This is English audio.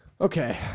Okay